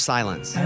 Silence